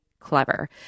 clever